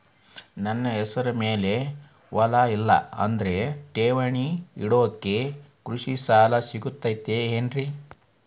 ನನ್ನ ಹೆಸರು ಮ್ಯಾಲೆ ಹೊಲಾ ಇಲ್ಲ ಆದ್ರ ಲಾವಣಿ ಹಿಡಿಯಾಕ್ ಕೃಷಿ ಸಾಲಾ ಸಿಗತೈತಿ ಏನ್ರಿ?